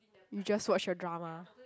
you just watched a drama